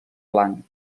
blanc